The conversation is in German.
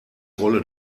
rolle